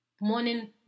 Morning